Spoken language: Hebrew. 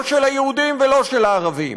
לא של היהודים ולא של הערבים: